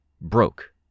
broke